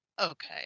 Okay